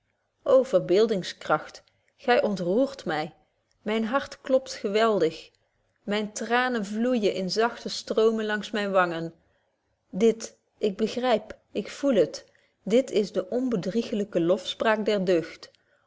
verbeeldingskragt gy ontroert my myn hart klopt geweldig myne tranen vloeijen in zagte stromen langs myne wangen dit ik begryp ik voel het dit is de onbedriegelyke lofspraak der deugd